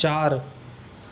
चार